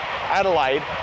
Adelaide